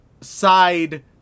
side